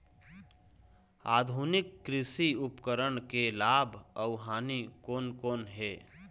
आधुनिक कृषि उपकरण के लाभ अऊ हानि कोन कोन हे?